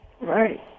Right